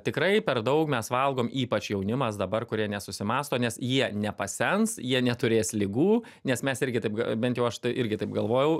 tikrai per daug mes valgom ypač jaunimas dabar kurie nesusimąsto nes jie nepasens jie neturės ligų nes mes irgi taip bent jau aš irgi taip galvojau